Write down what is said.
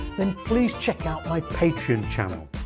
then please check out my patreon channel,